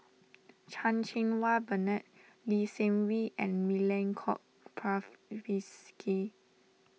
Chan Cheng Wah Bernard Lee Seng Wee and Milenko Prvacki